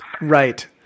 Right